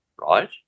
right